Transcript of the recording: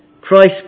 Christ